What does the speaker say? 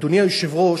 אדוני היושב-ראש,